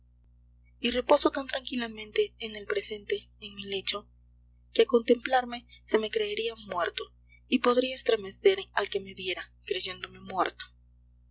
y reposo tan tranquilamente en el presente en mi lecho que a contemplarme se me creería muerto y podría estremecer al que me viera creyéndome muerto